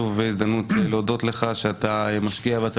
זו שוב הזדמנות להודות לך שאתה משקיע ואתה